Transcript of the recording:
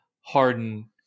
harden